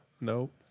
nope